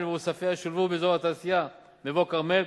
ועוספיא שולבו באזור התעשייה מבוא-כרמל,